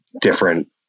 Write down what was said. different